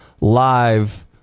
live